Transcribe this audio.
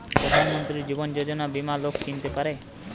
প্রধান মন্ত্রী জীবন যোজনা বীমা লোক কিনতে পারে